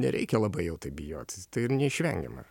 nereikia labai jau taip bijot tai yra neišvengiama